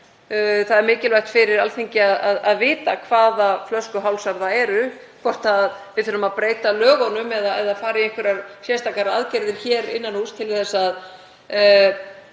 Það er mikilvægt fyrir Alþingi að vita hvaða flöskuhálsar það eru, hvort við þurfum að breyta lögunum eða fara í einhverjar sérstakar aðgerðir hér innan húss til að